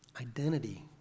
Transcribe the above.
Identity